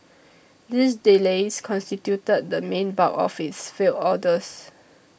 these delays constituted the main bulk of its failed orders